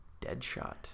Deadshot